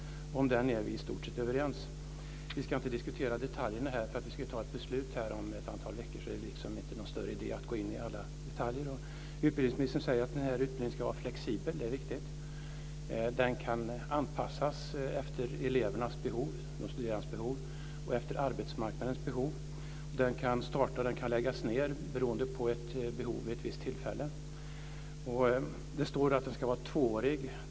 Om den är vi i stort sett överens. Vi ska inte diskutera detaljerna här, eftersom vi ska fatta beslut om några veckor, och därför är det inte någon större idé att gå in på alla detaljer. Utbildningsministern säger att denna utbildning ska vara flexibel. Det är riktigt. Den kan anpassas efter elevernas behov och efter arbetsmarknadens behov. Den kan startas och läggas ned beroende på ett behov vid ett visst tillfälle. Det står att den ska vara tvåårig.